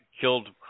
killed